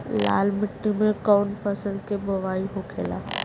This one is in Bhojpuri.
लाल मिट्टी में कौन फसल के बोवाई होखेला?